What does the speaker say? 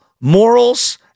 morals